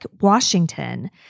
Washington